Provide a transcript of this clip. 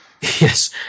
Yes